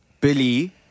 billy